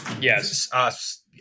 Yes